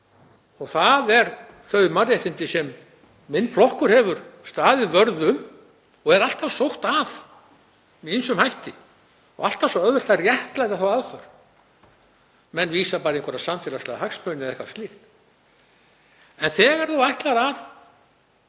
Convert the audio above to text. Það er þau mannréttindi sem minn flokkur hefur staðið vörð um og er alltaf sótt að með ýmsum hætti og alltaf svo auðvelt að réttlæta þá aðför. Menn vísa bara í samfélagslega hagsmuni eða eitthvað slíkt. En þegar menn ætla að